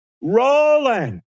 rolling